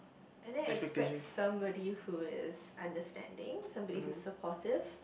I didn't expect somebody who is understanding somebody who's supportive